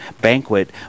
banquet